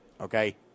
Okay